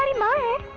my